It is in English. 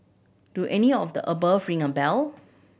do any of the above ring a bell